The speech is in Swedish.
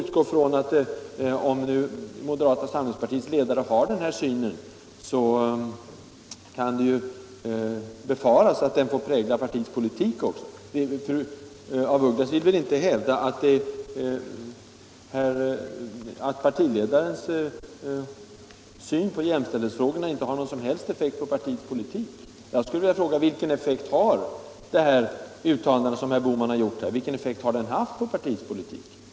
Om nu moderata samlingspartiets ledare har den här synen kan det ju också befaras att den får prägla även partiets politik. Fru af Ugglas vill väl ändå inte hävda att partiledarens syn på jämställdhetsfrågorna inte har någon som helst effekt på politiken. Jag skulle vilja fråga: Vilken effekt har de uttalanden som herr Bohman har gjort haft på partiets politik?